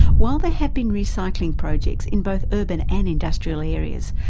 while they have been recycling projects in both urban and industrial areas,